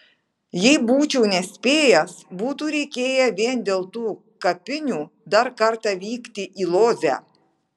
jei būčiau nespėjęs būtų reikėję vien dėl tų kapinių dar kartą vykti į lodzę